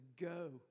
go